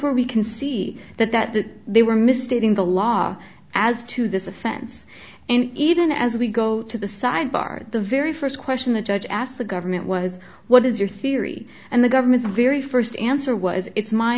where we can see that that that they were misstating the law as to this offense and even as we go to the sidebar the very first question the judge asked the government was what is your theory and the government's very first answer was it's my